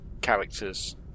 characters